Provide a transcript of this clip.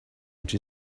which